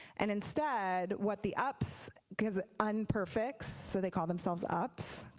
and instead what the ups, because un perfects so they call themselves ups,